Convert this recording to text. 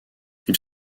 ils